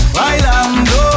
bailando